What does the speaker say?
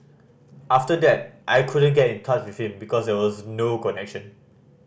after that I couldn't get in touch with him because there was no connection